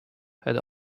had